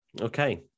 Okay